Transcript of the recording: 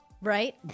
Right